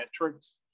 metrics